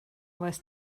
was